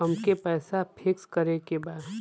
अमके पैसा फिक्स करे के बा?